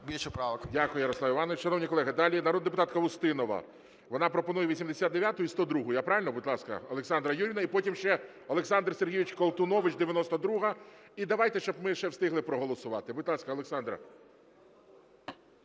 Дякую, Ярослав Іванович. Шановні колеги, далі народна депутатка Устінова, вона пропонує 89-у і 102-у. Я правильно? Будь ласка, Олександра Юріївна. І потім ще Олександр Сергійович Колтунович, 92-а. І давайте, щоб ми ще встигли проголосувати. Будь ласка, Олександро.